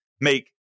make